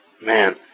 man